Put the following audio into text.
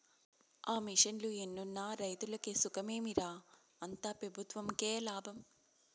ఆ మిషన్లు ఎన్నున్న రైతులకి సుఖమేమి రా, అంతా పెబుత్వంకే లాభం